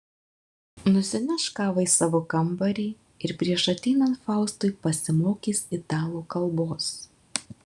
nusineš kavą į savo kambarį ir prieš ateinant faustui pasimokys italų kalbos